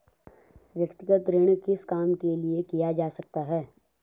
व्यक्तिगत ऋण किस काम के लिए किया जा सकता है?